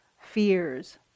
fears